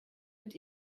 mit